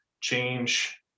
change